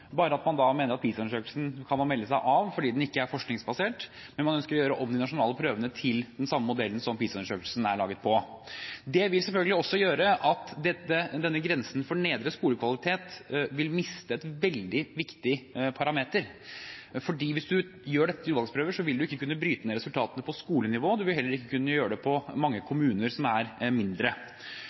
bare at man da mener at PISA-undersøkelsen kan man melde seg av, fordi den ikke er forskningsbasert, men man ønsker å gjøre om de nasjonale prøvene til den samme modellen som PISA-undersøkelsen er laget på. Det vil selvfølgelig også gjøre at denne grensen for nedre skolekvalitet vil miste en veldig viktig parameter, for hvis man gjør dette til utvalgsprøver, vil man ikke kunne bryte ned resultatene på skolenivå. Man vil heller ikke kunne gjøre det i mange kommuner som er mindre.